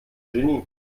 genie